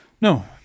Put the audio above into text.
No